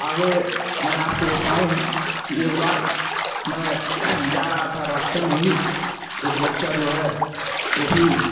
आगे मैं आपको बताऊँ कि एक बार मैं जा रहा था रास्ते में ही एक बच्चा जो है वो भी